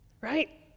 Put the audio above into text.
Right